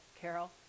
Carol